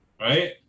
right